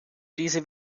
diese